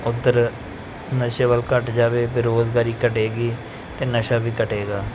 ਉੱਧਰ ਨਸ਼ੇ ਵੱਲ ਘੱਟ ਜਾਵੇ ਬੇਰੁਜ਼ਗਾਰੀ ਘਟੇਗੀ ਤਾਂ ਨਸ਼ਾ ਵੀ ਘਟੇਗਾ